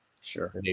Sure